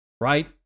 Right